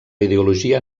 ideologia